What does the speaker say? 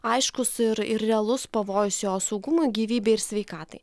aiškus ir ir realus pavojus jo saugumui gyvybei ir sveikatai